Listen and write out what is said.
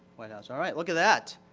white house? all right. look at that,